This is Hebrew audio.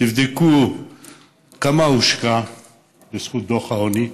תבדקו כמה הושקע בזכות דוח העוני,